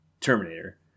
Terminator